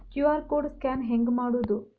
QR code scan ಹೆಂಗ್ ಮಾಡೋದು?